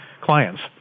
clients